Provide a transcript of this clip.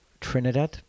Trinidad